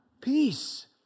peace